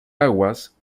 aguas